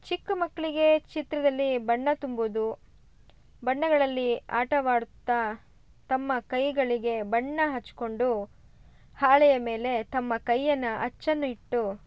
ಚಿಕ್ಕ ಮಕ್ಕಳಿಗೇ ಚಿತ್ರದಲ್ಲಿ ಬಣ್ಣ ತುಂಬೋದು ಬಣ್ಣಗಳಲ್ಲಿ ಆಟವಾಡುತ್ತಾ ತಮ್ಮ ಕೈಗಳಿಗೆ ಬಣ್ಣ ಹಚ್ಚಿಕೊಂಡು ಹಾಳೆಯ ಮೇಲೆ ತಮ್ಮ ಕೈಯನ್ನು ಅಚ್ಚನ್ನು ಇಟ್ಟು